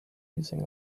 using